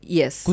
yes